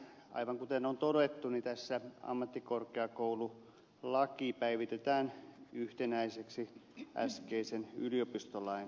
aivan kuten on todettu tässä ammattikorkeakoululaki päivitetään yhtenäiseksi äskeisen yliopistolain kanssa